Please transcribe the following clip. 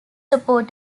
support